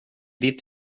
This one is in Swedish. ditt